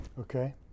Okay